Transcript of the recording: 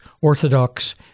Orthodox